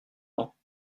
dents